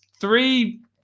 three